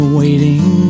waiting